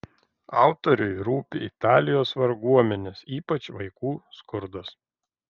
autoriui rūpi italijos varguomenės ypač vaikų skurdas